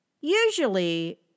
Usually